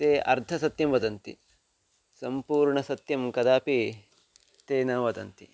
ते अर्धसत्यं वदन्ति सम्पूर्णसत्यं कदापि ते न वदन्ति